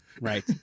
Right